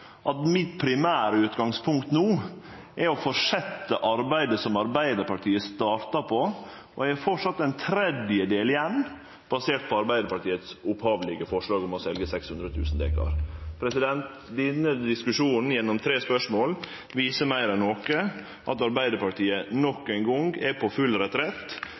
at mitt primære utgangspunkt no er å fortsetje arbeidet som Arbeidarpartiet starta, og eg har framleis ein tredjedel igjen, basert på Arbeidarpartiets opphavelege forslag om å selje 600 000 dekar. Denne diskusjonen gjennom tre spørsmål viser meir enn noko at Arbeidarpartiet nok ein gong er på full retrett. Det ein meiner er rett i posisjon, tør ein ikkje meine er rett